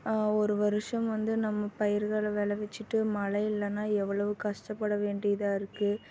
ஒரு வருஷம் வந்து நம்ம பயிர்கள் விளவிச்சிட்டு மழை இல்லைனா எவ்வளவு கஷ்டப்பட வேண்டியதாக இருக்குது